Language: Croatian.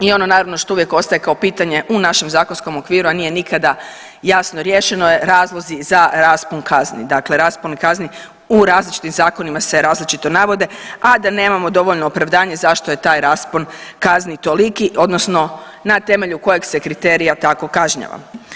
I ono naravno što uvijek ostaje kao pitanje u našem zakonskom okviru, a nije nikada jasno riješeno je razlozi za raspon kazni, dakle raspon kazni u različitim zakonima se različito navode, a da nemamo dovoljno opravdanje zašto je taj raspon kazni toliki odnosno na temelju kojeg se kriterija tako kažnjava.